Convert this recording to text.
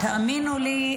תאמינו לי,